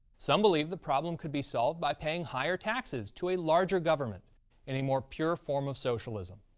some believe the problem could be solved by paying higher taxes to a larger government in a more pure form of socialism.